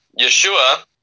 Yeshua